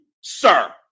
sir